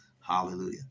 Hallelujah